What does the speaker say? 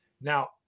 Now